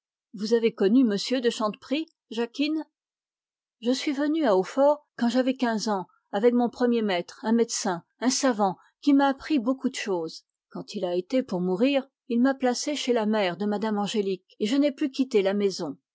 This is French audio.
vous avez connu m de chanteprie jacquine je suis venue à hautfort quand j'avais quinze ans avec mon premier maître un médecin un savant qui m'a appris beaucoup de choses quand il a été pour mourir il m'a placée chez la mère de mme angélique et je n'ai plus quitté la maison